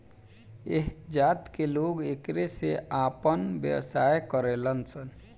ऐह जात के लोग एकरे से आपन व्यवसाय करेलन सन